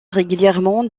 régulièrement